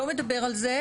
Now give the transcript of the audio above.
הוא לא מדבר על זה,